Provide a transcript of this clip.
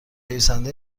نویسنده